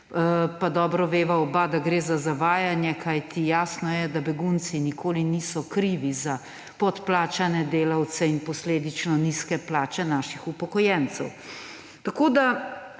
Pa dobro veva oba, da gre za zavajanje, kajti jasno je, da begunci nikoli niso krivi za podplačane delavce in posledično nizke plače naših upokojencev.